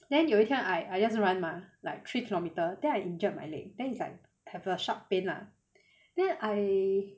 then 有一天 I I just run mah like three kilometer then I injured my leg then is like have a sharp pain lah then I